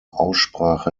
aussprache